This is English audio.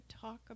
talk